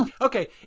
Okay